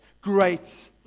great